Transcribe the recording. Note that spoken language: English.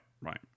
right